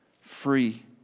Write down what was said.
free